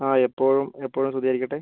ആ എപ്പോഴും എപ്പോഴും സ്തുതിയായിരിക്കട്ടെ